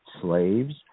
slaves